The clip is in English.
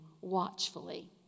watchfully